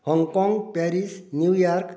Hong Kong Paris New York